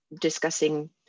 discussing